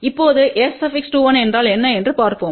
இப்போது S21என்றால் என்ன என்று பார்ப்போம்